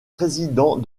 président